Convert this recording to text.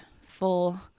full